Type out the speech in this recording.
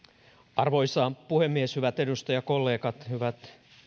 arvoisa puhemies hyvät edustajakollegat hyvät